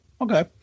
Okay